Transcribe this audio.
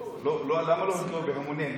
למה לא הגיעו בהמוניהם?